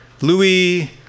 Louis